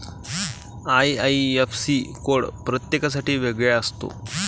IIFC code प्रत्येकासाठी वेगळा असतो